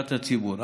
לידיעת הציבור.